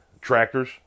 tractors